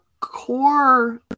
core